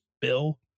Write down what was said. Bill